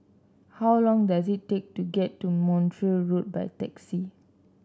how long does it take to get to Montreal Road by taxi